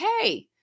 hey